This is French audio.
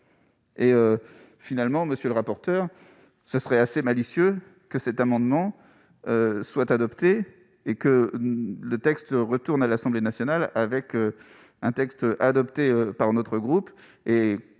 Finalement, monsieur le rapporteur, il serait assez malicieux que cet amendement soit adopté et que le texte retourne à l'Assemblée nationale modifié par notre groupe,